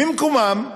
ממקומם,